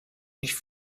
ich